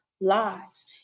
lives